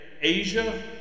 Asia